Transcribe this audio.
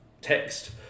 text